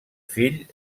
fill